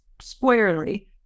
squarely